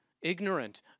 ignorant